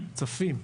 צפים.